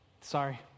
sorry